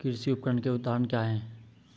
कृषि उपकरण के उदाहरण क्या हैं?